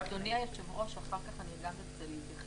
גם המערכת הבנקאית,